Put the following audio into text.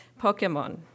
Pokemon